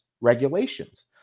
regulations